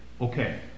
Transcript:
okay